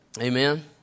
Amen